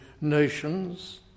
nations